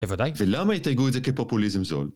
בודאי! ולמה יתייגו את זה כפופוליזם זול?